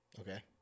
Okay